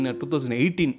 2018